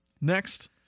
Next